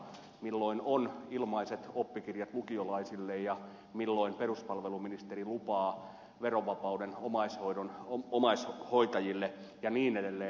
milloin on ilmaiset oppikirjat lukiolaisille ja milloin peruspalveluministeri lupaa verovapauden omaishoitajille ja niin edelleen